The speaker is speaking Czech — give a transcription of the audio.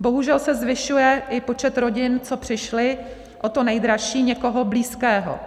Bohužel se zvyšuje i počet rodin, co přišly o to nejdražší, někoho blízkého,